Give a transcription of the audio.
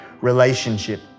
relationship